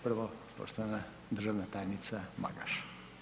Prvo poštovana državna tajnica Magaš.